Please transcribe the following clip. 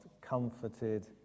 comforted